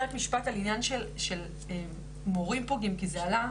אני אגיד רק משפט על עניין של מורים פוגעים כי זה עלה,